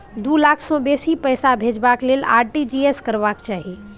दु लाख सँ बेसी पाइ भेजबाक लेल आर.टी.जी एस करबाक चाही